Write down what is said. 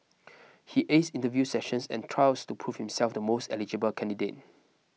he aced interview sessions and trials to prove himself the most eligible candidate